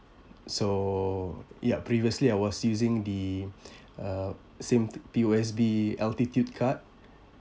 so ya previously I was using the uh same P_O_S_B altitude card